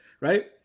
right